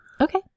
Okay